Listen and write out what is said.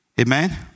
Amen